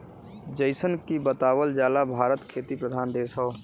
जइसन की बतावल जाला भारत खेती प्रधान देश हौ